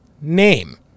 name